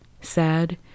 sad